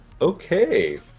Okay